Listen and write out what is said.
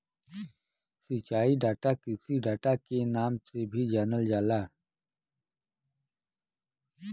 सिंचाई डाटा कृषि डाटा के नाम से भी जानल जाला